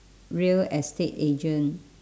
real estate agent